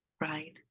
Right